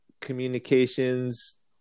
Communications